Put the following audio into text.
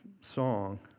song